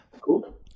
Cool